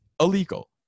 illegal